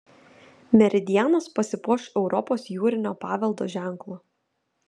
meridianas pasipuoš europos jūrinio paveldo ženklu